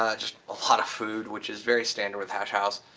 ah just a lot of food which is very standard with hash house.